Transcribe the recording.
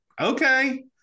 okay